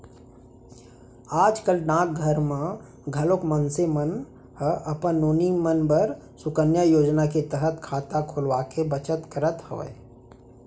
आज कल डाकघर मन म घलोक मनसे मन ह अपन नोनी मन बर सुकन्या योजना के तहत खाता खोलवाके बचत करत हवय